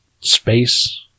space